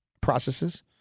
processes